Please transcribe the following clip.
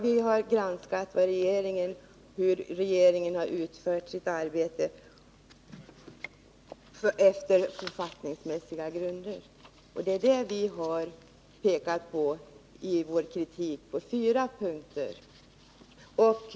Vi har granskat hur regeringen har utfört sitt arbete efter författningsmässiga grunder, och då har vi framfört kritik på fyra punkter.